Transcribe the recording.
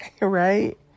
Right